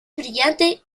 brillante